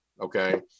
okay